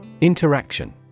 Interaction